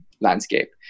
landscape